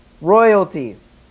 royalties